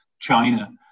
China